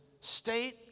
state